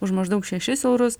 už maždaug šešis eurus